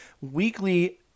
weekly